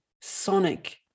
sonic